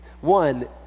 one